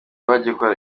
bagikora